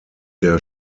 der